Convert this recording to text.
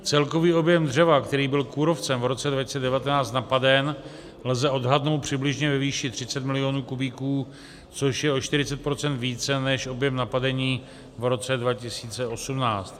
Celkový objem dřeva, který byl kůrovcem v roce 2019 napaden, lze odhadnout přibližně ve výši 30 milionů kubíků, což je o 40 procent více než objem napadení v roce 2018.